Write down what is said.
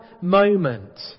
moment